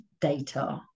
data